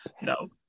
no